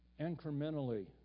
incrementally